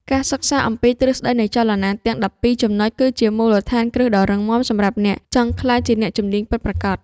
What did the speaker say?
ការសិក្សាអំពីទ្រឹស្តីនៃចលនាទាំងដប់ពីរចំណុចគឺជាមូលដ្ឋានគ្រឹះដ៏រឹងមាំសម្រាប់អ្នកចង់ក្លាយជាអ្នកជំនាញពិតប្រាកដ។